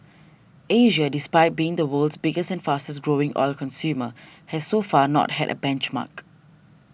Asia despite being the world's biggest and fastest growing oil consumer has so far not had a benchmark